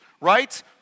right